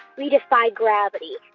we defy gravity.